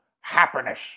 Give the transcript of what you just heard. Happiness